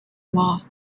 well